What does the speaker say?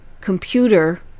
computer